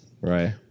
right